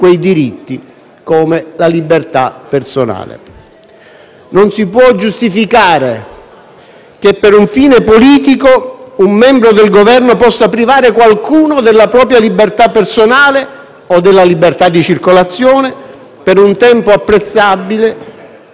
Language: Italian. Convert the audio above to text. che per un fine politico un membro del Governo possa privare qualcuno della propria libertà personale o della libertà di circolazione per un tempo apprezzabile, anche se non in maniera irreversibile, senza poi affrontare un processo.